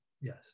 Yes